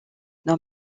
non